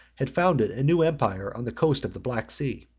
had founded a new empire on the coast of the black sea.